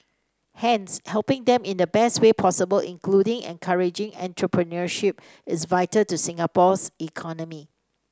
hence helping them in the best way possible including encouraging entrepreneurship is vital to Singapore's economy